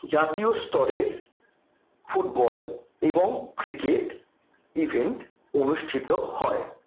জাতীয় স্তরের ফুটবল এবং ক্রিকেট ইভেন্ট অনুষ্ঠিত হয়